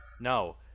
no